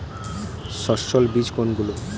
সস্যল বীজ কোনগুলো?